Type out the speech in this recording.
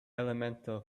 elemental